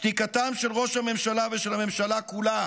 שתיקתם של ראש הממשלה ושל הממשלה כולה